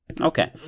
Okay